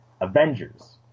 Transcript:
avengers